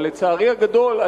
אבל לצערי הגדול,